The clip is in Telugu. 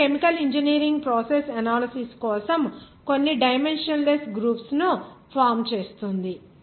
ఇప్పుడు కెమికల్ ఇంజనీరింగ్ ప్రాసెస్ ఎనాలిసిస్ కోసం కొన్ని డైమెన్షన్ లెస్ గ్రూప్స్ ను ఫామ్ చేస్తుంది